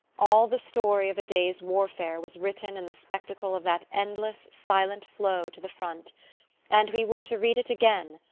all the story of a day's warfare was written in the spectacle of that endless silent flow to the front and we were to read it again,